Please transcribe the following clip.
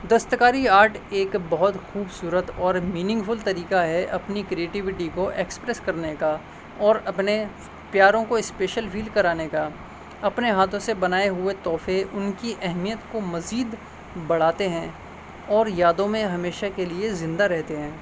دستکاری آرٹ ایک بہت خوبصورت اور میننگ فل طریقہ ہے اپنی کریٹیویٹی کو ایکسپریس کرنے کا اور اپنے پیاروں کو اسپیشل فیل کرانے کا اپنے ہاتھوں سے بنائے ہوئے تحفے ان کی اہمیت کو مزید بڑھاتے ہیں اور یادوں میں ہمیشہ کے لیے زندہ رہتے ہیں